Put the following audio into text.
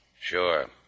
Sure